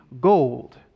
gold